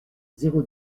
zéro